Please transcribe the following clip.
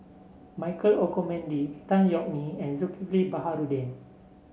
Michael Olcomendy Tan Yeok Nee and Zulkifli Baharudin